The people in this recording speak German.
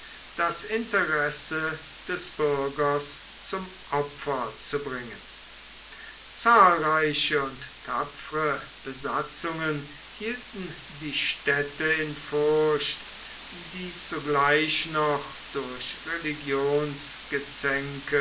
das interesse des bürgers zum opfer zu bringen zahlreiche und tapfere besatzungen hielten die städte in furcht die zugleich noch durch